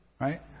Right